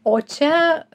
o čia